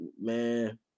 man